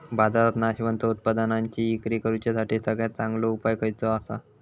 बाजारात नाशवंत उत्पादनांची इक्री करुच्यासाठी सगळ्यात चांगलो उपाय खयचो आसा?